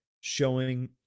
showing